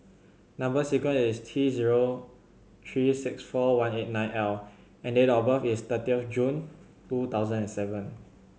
number sequence is T zero three six four one eight nine L and date of birth is thirtieth of June two thousand and seven